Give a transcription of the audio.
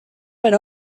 per